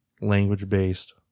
language-based